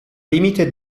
limite